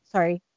Sorry